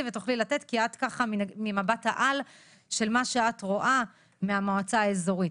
ותוכלי לתת כי את ככה ממבט העל של מה שאת רואה מהמועצה האזורית.